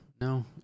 no